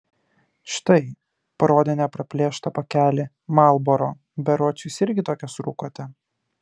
štai parodė nepraplėštą pakelį marlboro berods jūs irgi tokias rūkote